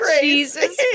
Jesus